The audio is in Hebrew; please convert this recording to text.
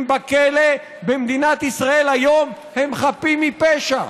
בכלא במדינת ישראל היום הם חפים מפשע.